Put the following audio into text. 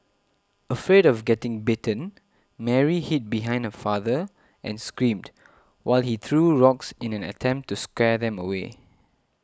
afraid of getting bitten Mary hid behind her father and screamed while he threw rocks in an attempt to scare them away